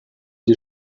die